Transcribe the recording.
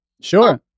Sure